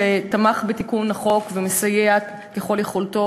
שתמך בתיקון החוק ומסייע ככל יכולתו.